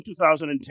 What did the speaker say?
2010